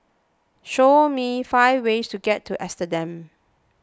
show me five ways to get to Amsterdam